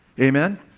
amen